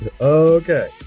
Okay